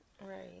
right